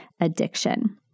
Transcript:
addiction